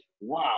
wow